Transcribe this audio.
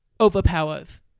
overpowers